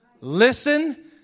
listen